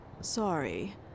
sorry